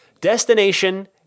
destination